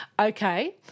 ...okay